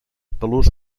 talús